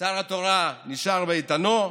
שר התורה נשאר באיתנו,